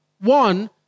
One